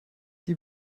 die